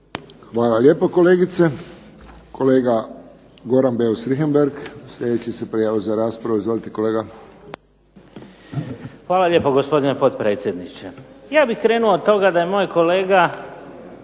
Hvala lijepo kolegice. Kolega Goran Beus Richembergh sljedeći se prijavio za raspravu. Izvolite kolega. **Beus Richembergh, Goran (HNS)** Hvala lijepo gospodine potpredsjedniče. Ja bih krenuo od toga da je moj kolega